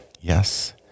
Yes